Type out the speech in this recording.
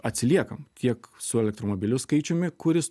atsiliekam tiek su elektromobilių skaičiumi kuris